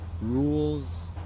rules